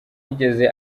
yigeze